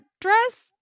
dress